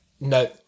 no